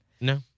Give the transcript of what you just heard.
No